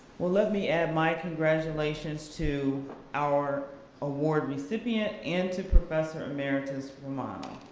well let me add my congratulations to our award recipient and to professor emeritus romano.